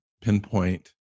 pinpoint